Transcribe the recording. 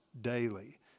daily